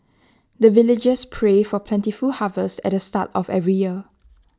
the villagers pray for plentiful harvest at the start of every year